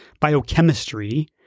biochemistry